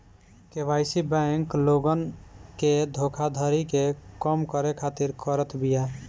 KYC bank लोगन के धोखाधड़ी के कम करे खातिर करत बिया